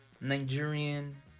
Nigerian